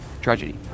tragedy